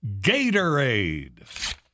Gatorade